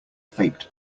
faked